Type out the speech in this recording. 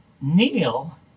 Neil